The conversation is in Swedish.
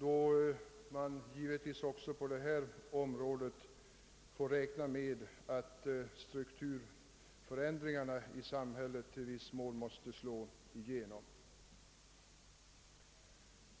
och det är givet att man också på detta område måste räk na med att strukturförändringarna i samhället i viss mån måste slå igenom.